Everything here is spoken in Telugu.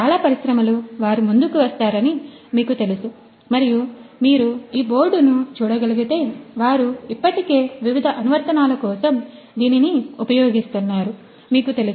చాలా పరిశ్రమలు వారు ముందుకు వస్తారని మీకు తెలుసు మరియు మీరు ఈ బోర్డుని చూడగలిగితే వారు ఇప్పటికే వివిధ అనువర్తనాల కోసం దీనిని ఉపయోగిస్తున్నారు మీకు తెలుసు